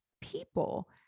people